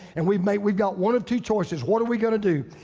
and we've made, we got one of two choices, what are we gonna do?